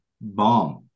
bomb